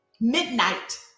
Midnight